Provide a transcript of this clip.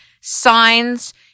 signs